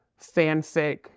fanfic